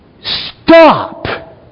stop